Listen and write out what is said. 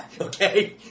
Okay